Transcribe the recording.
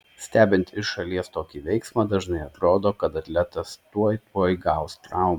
stebint iš šalies tokį veiksmą dažnai atrodo kad atletas tuoj tuoj gaus traumą